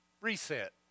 reset